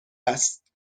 است